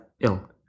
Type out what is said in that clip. ill